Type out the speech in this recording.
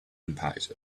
impact